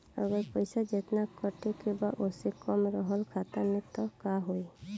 अगर पैसा जेतना कटे के बा ओसे कम रहल खाता मे त का होई?